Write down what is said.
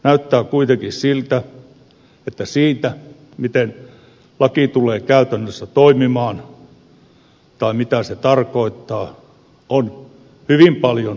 näyttää kuitenkin siltä että siitä miten laki tulee käytännössä toimimaan tai mitä se tarkoittaa on hyvin paljon erimielisyyttä